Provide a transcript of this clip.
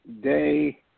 Day